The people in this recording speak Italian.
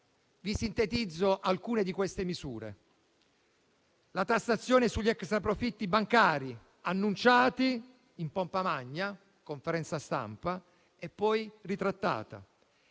Vi sintetizzo alcune di queste misure: la tassazione sugli extraprofitti bancari, annunciata in pompa magna, in conferenza stampa, e poi ritrattata;